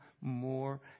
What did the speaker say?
more